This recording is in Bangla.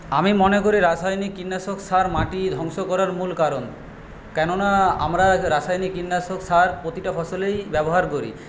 আমি মনে করি রাসায়নিক কীটনাশক সার মাটি ধ্বংস করার মূল কারণ কেননা আমরা রাসায়নিক কীটনাশক সার প্রতিটা ফসলেই ব্যবহার করি